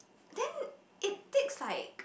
then it takes like